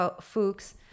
Fuchs